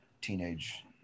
teenage